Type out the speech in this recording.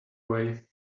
way